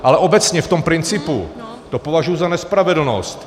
Ale obecně v tom principu to považuju za nespravedlnost.